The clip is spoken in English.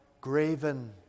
graven